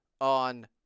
on